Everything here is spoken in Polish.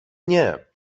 nie